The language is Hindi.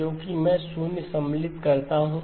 क्योंकि मैं शून्य सम्मिलित करता हूं